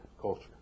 culture